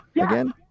again